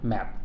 Map